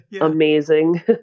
amazing